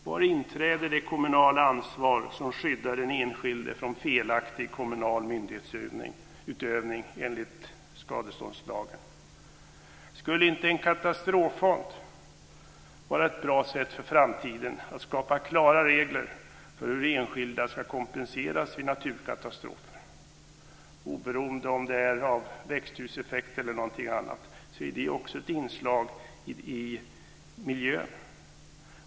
Var inträder det kommunala ansvar som skyddar den enskilde från felaktig kommunal myndighetsutövning enligt skadeståndslagen? Skulle inte en katastroffond vara ett bra sätt för framtiden att skapa klara regler för hur enskilda ska kompenseras vid naturkatastrofer? Oberoende av om anledningen är växthuseffekt eller något annat är det också ett inslag i miljön.